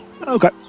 Okay